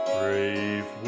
brave